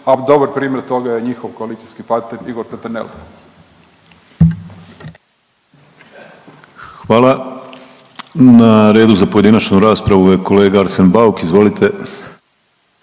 a dobar primjer toga je njihov koalicijski partner Igor Peternel. **Penava, Ivan (DP)** Hvala. Na redu za pojedinačnu raspravu je kolega Arsen Bauk, izvolite.